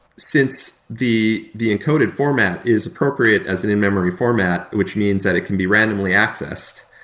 since the the encoded format is appropriate as an in-memory format, which means that it can be randomly accessed,